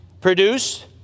produce